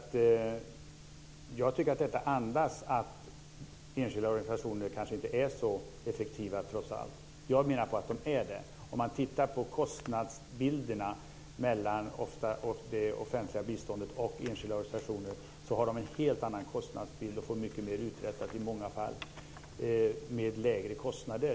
Jag tycker att detta andas att enskilda organisationer kanske inte är så effektiva trots allt. Jag menar att de är det. Om man jämför kostnadsbilderna över det offentliga biståndet och enskilda organisationer ser man att de har en helt annan kostnadsbild och får mycket mer uträttat, i många fall till lägre kostnader.